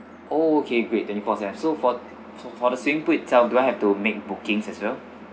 oh okay great twenty fours ya so for for for the same do I have to make bookings as well